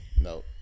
no